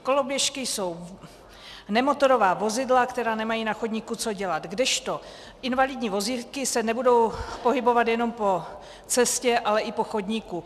Koloběžky jsou nemotorová vozidla, která nemají na chodníku co dělat, kdežto invalidní vozíky se nebudou pohybovat jenom po cestě, ale i po chodníku.